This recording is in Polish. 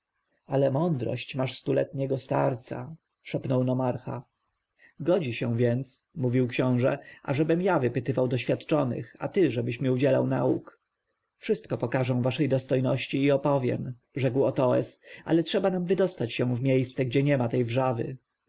ale masz mądrość starca szepnął nomarcha godzi się więc mówił książę ażebym ja wypytywał doświadczonych a ty ażebyś mi udzielał nauk wszystko pokażę waszej dostojności i opowiem rzekł otoes ale trzeba nam wydostać się w miejsce gdzie niema tej wrzawy